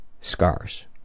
scars